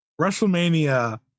wrestlemania